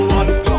one